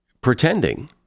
pretending